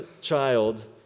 child